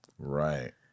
Right